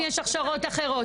האם יש הכשרות אחרות?